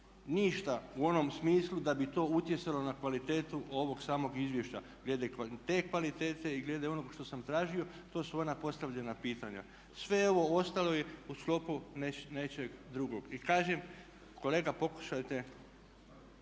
Ništa u onom smislu da bi to utjecalo na kvalitetu ovog samog izvješća, glede te kvalitete i glede onog što sam tražio to su ona postavljena pitanja. Sve ovo ostalo je u sklopu nečeg drugog. I kažem kolega pokušajte